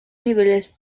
niveles